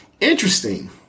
Interesting